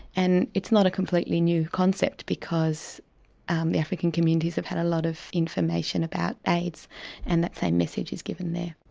and it's not a completely new concept, because and the african communities have had a lot of information about aids and that same message is given there.